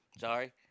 Sorry